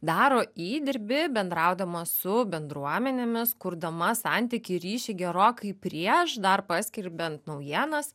daro įdirbį bendraudama su bendruomenėmis kurdama santykį ryšį gerokai prieš dar paskelbiant naujienas